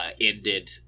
ended